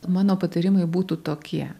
mano patarimai būtų tokie